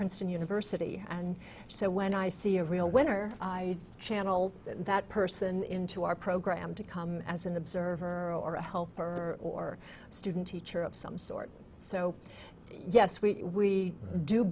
princeton university and so when i see a real winner i channeled that person into our program to come as an observer or a helper or student teacher of some sort so yes we